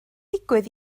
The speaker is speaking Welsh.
digwydd